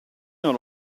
non